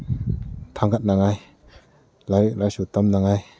ꯊꯥꯡꯒꯠꯅꯕ ꯂꯥꯏꯔꯤꯛ ꯂꯥꯏꯁꯨ ꯇꯝꯅꯕ